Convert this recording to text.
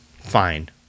fine